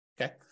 Okay